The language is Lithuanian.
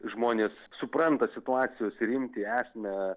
žmonės supranta situacijos rimtį esmę